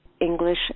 English